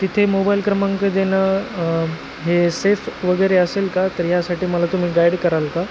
तिथे मोबाईल क्रमांक देणं हे सेफ वगैरे असेल का तर ह्यासाठी मला तुम्ही गाईड कराल का